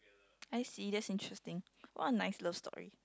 I see that's interesting what a nice love story